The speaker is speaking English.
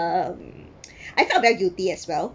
um I felt very guilty as well